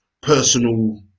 personal